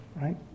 right